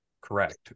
correct